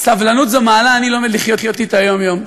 סבלנות זו מעלה, אני לומד לחיות אתה יום-יום.